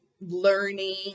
learning